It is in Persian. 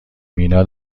مینا